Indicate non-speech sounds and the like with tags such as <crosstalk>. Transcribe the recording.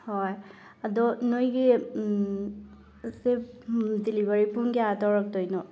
ꯍꯣꯏ ꯑꯗꯣ ꯅꯣꯏꯒꯤ <unintelligible> ꯑꯁꯤ ꯗꯤꯂꯤꯕꯔꯤ ꯄꯨꯡ ꯀꯌꯥꯗ ꯇꯧꯔꯛꯇꯣꯏꯅꯣ